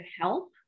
help